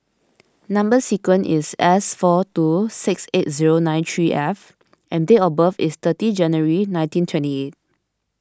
Number Sequence is S four two six eight zero nine three F and date of birth is thirty January nineteen twenty eight